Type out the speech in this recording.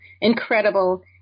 incredible